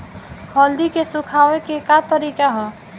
हल्दी के सुखावे के का तरीका ह?